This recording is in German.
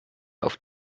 auf